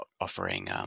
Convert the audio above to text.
offering